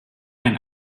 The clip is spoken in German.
ein